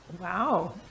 Wow